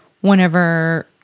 whenever –